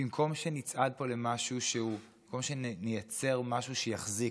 במקום שנצעד פה למשהו, במקום שנייצר משהו שיחזיק,